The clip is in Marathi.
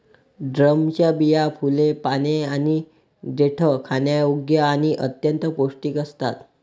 ड्रमच्या बिया, फुले, पाने आणि देठ खाण्यायोग्य आणि अत्यंत पौष्टिक असतात